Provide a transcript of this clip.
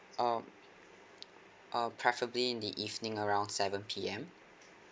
um uh preferably in the evening around seven P_M